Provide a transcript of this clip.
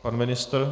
Pan ministr?